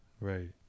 Right